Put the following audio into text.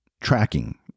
tracking